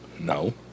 No